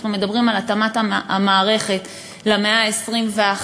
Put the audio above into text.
אנחנו מדברים על התאמת המערכת למאה ה-21,